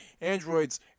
Androids